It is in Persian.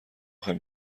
خوایم